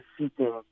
seeking